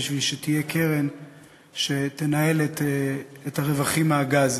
כדי שתהיה קרן שתנהל את הרווחים מהגז.